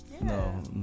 no